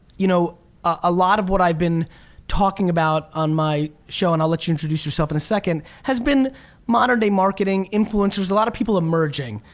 you know a lot of what i've been talking about on my show and i'll let you introduce yourself in a second, has been modern day marketing, influencers, a lot of people emerging.